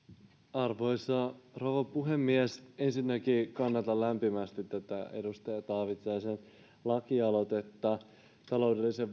arvoisa rouva puhemies ensinnäkin kannatan lämpimästi tätä edustaja taavitsaisen lakialoitetta taloudellisen